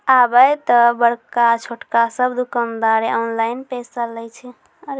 आबे त बड़का छोटका सब दुकानदारें ऑनलाइन पैसा लय छै